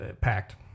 packed